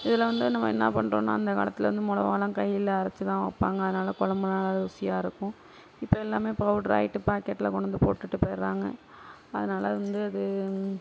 இதில் வந்து நம்ம என்ன பண்றோம்னால் அந்த காலத்தில் வந்து மொளகாலாம் கையில் அரைச்சி தான் வைப்பாங்க அதனால் குழம்புலாம் நல்லா ருசியாக இருக்கும் இப்போ எல்லாமே பவுடர் ஆகிட்டு பாக்கெட்டில் கொண்டு வந்து போட்டுவிட்டு போகிடுறாங்க அதனால் வந்து அது